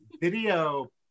video